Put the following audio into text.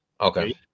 Okay